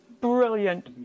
Brilliant